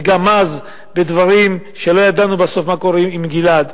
וגם אז בדברים שלא ידענו בסוף מה קורה עם גלעד.